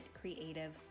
creative